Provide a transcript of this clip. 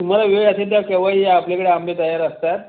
तुम्हाला वेळ असेल तेव्हा केव्हाही या आपल्याकडे आंबे तयार असतात